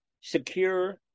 secure